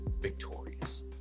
victorious